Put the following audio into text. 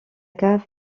cave